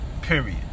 period